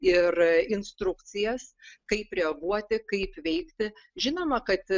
ir instrukcijas kaip reaguoti kaip veikti žinoma kad